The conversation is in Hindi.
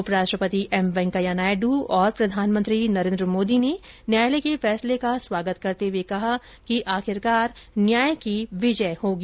उपराष्ट्रपति एम वैंकेया नायड् और प्रधानमंत्री नरेन्द्र मोदी ने न्यायालय के फैसले का स्वागत करते हुए कहा कि आखिरकार न्याय की विजय होगी